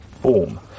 form